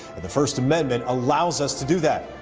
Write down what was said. the first amendment allows us to do that.